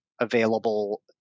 available